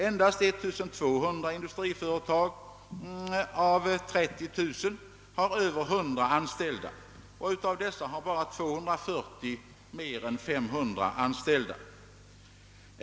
Endast 1200 industriföretag av 30000 har över 100 anställda, och av dessa har bara 240 mer än 500 anställda.